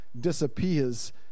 disappears